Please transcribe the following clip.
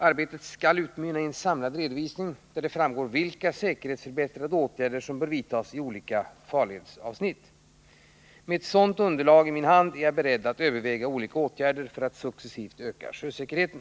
Arbetet skall utmynna i en samlad redovisning där det framgår vilka säkerhetsförbättrande åtgärder som bör vidtas i olika farledsavsnitt. Med ett sådant underlag i min hand är jag beredd att överväga olika åtgärder för att successivt öka sjösäkerheten.